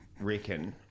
reckon